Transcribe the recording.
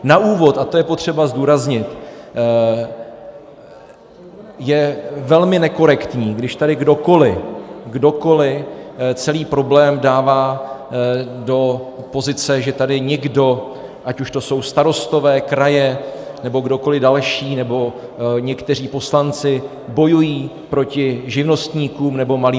Na úvod, a to je potřeba zdůraznit, je velmi nekorektní, když tady kdokoli, kdokoli celý problém dává do pozice, že tady někdo, ať už jsou to starostové, kraje, nebo kdokoli další, nebo někteří poslanci, bojují proti živnostníkům nebo malým eseróčkům.